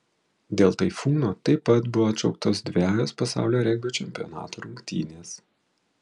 dėl taifūno taip pat buvo atšauktos dvejos pasaulio regbio čempionato rungtynės